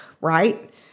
right